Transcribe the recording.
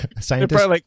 scientists